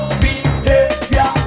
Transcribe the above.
behavior